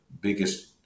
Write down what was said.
biggest